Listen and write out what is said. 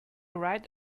right